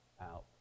out